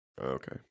okay